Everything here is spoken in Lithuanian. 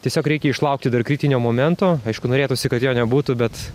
tiesiog reikia išlaukti dar kritinio momento aišku norėtųsi kad jo nebūtų bet